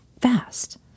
fast